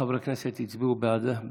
ארבעה חברי כנסת הצביעו בעד,